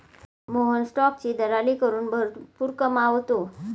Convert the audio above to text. मोहन स्टॉकची दलाली करून भरपूर कमावतो